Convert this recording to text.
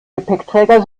gepäckträger